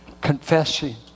confessing